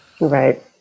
Right